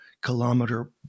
kilometer